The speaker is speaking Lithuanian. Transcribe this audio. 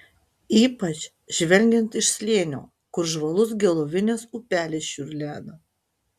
ypač žvelgiant iš slėnio kur žvalus gelovinės upelis čiurlena